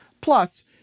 Plus